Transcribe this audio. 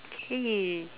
okay